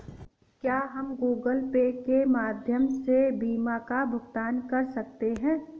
क्या हम Google Pay के माध्यम से बीमा का भुगतान कर सकते हैं?